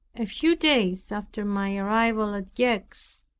a few days after my arrival at gex,